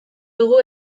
dugu